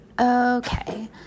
Okay